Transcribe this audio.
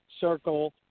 circle